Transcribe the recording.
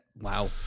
Wow